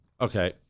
Okay